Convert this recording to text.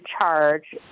charge